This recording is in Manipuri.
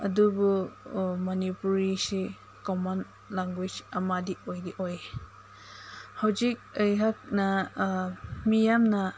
ꯑꯗꯨꯕꯨ ꯃꯅꯤꯄꯨꯔꯤꯁꯤ ꯀꯝꯃꯟ ꯂꯦꯡꯒ꯭ꯋꯦꯁ ꯑꯃꯗꯤ ꯑꯣꯏꯗꯤ ꯑꯣꯏ ꯍꯧꯖꯤꯛ ꯑꯩꯍꯥꯛꯅ ꯃꯤꯌꯥꯝꯅ